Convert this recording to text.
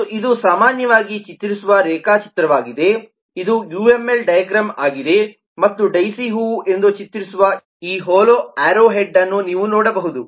ಮತ್ತು ಇದು ಸಾಮಾನ್ಯವಾಗಿ ಚಿತ್ರಿಸುವ ರೇಖಾಚಿತ್ರವಾಗಿದೆ ಇದು ಯುಎಂಎಲ್ ಡೈಗ್ರಾಮ್ ಆಗಿದೆ ಮತ್ತು ಡೈಸಿ ಹೂವು ಎಂದು ಚಿತ್ರಿಸುವ ಈ ಹೋಲೋ ಆರೋ ಹೆಡ್ ಅನ್ನು ನೀವು ನೋಡಬಹುದು